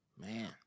Man